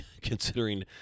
considering